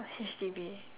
H_D_B